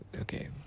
okay